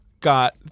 got